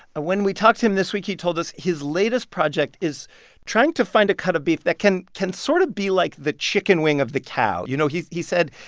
when we talked to him this week, he told us his latest project is trying to find a cut of beef that can can sort of be like the chicken wing of the cow. you know, he he said,